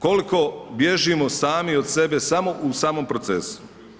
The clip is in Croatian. Koliko bježimo sami od sebe samo u samom procesu.